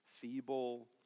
feeble